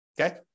okay